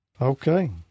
Okay